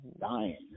dying